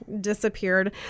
disappeared